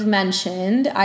mentioned